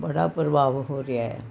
ਬੜਾ ਪ੍ਰਭਾਵ ਹੋ ਰਿਹਾ ਹੈ